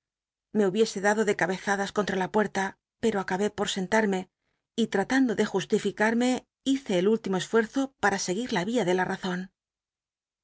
me hubiese dado de cabezadas con tra la puerta pero acabé por sentarme y tratando de justificarme hice el últ imo e fuerzo para seguir la via de la